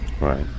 right